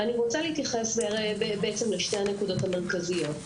אני רוצה להתייחס לשתי הנקודות המרכזיות.